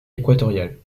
équatoriale